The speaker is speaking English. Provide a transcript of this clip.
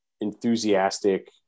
enthusiastic